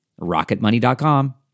Rocketmoney.com